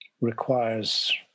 requires